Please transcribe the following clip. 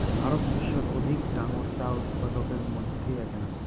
ভারত বিশ্বর অধিক ডাঙর চা উৎপাদকের মইধ্যে এ্যাকনা